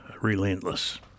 relentless